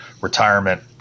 Retirement